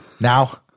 Now